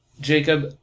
Jacob